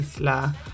isla